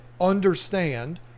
understand